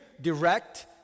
direct